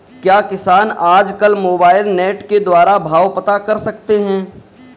क्या किसान आज कल मोबाइल नेट के द्वारा भाव पता कर सकते हैं?